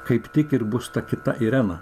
kaip tik ir bus ta kita irena